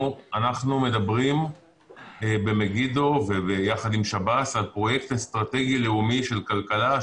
אנחנו מדברים במגידו יחד עם שב"ס על פרויקט אסטרטגי לאומי של כלכלה,